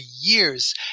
years